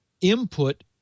input